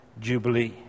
jubilee